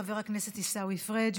חבר הכנסת עיסאווי פריג',